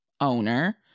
owner